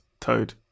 toad